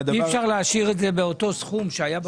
אי-אפשר להשאיר את זה באותו סכום.